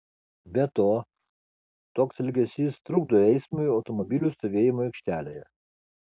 be to toks elgesys trukdo eismui automobilių stovėjimo aikštelėje